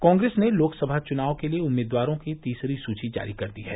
कांग्रेस ने लोकसभा चुनाव के लिए उम्मीदवारों की तीसरी सूची जारी कर दी है